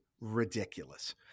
ridiculous